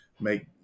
make